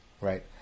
right